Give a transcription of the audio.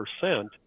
percent